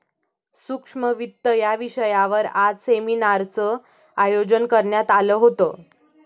सूक्ष्म वित्त या विषयावर आज सेमिनारचं आयोजन करण्यात आलं होतं